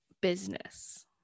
business